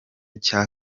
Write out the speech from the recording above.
cya